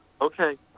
Okay